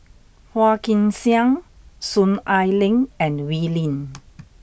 Phua Kin Siang Soon Ai Ling and Wee Lin